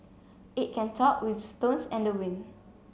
it can talk with stones and the wind